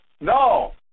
No